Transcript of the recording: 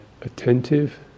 attentive